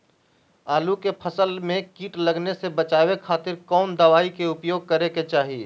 आलू के फसल में कीट लगने से बचावे खातिर कौन दवाई के उपयोग करे के चाही?